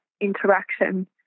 interaction